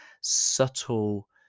subtle